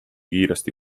kiiresti